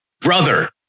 Brother